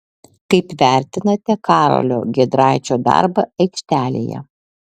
kaip vertinate karolio giedraičio darbą aikštelėje